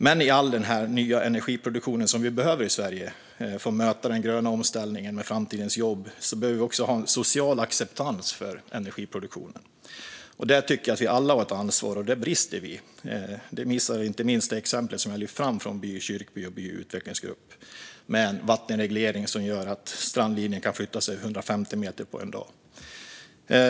Men i all den nya energiproduktion som vi behöver i Sverige för att möta den gröna omställningen med framtidens jobb behöver vi också få en social acceptans för energiproduktionen. Här har vi alla ett ansvar, och här brister vi. Det visar inte minst exemplet jag lyft fram från By kyrkby och By Utvecklingsgrupp med en vattenreglering som gör att strandlinjen kan flytta sig 150 meter på en dag.